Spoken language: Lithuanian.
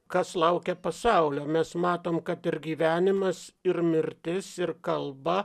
kas laukia pasaulio mes matom kad ir gyvenimas ir mirtis ir kalba